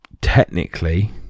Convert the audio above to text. technically